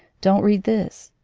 don't read this.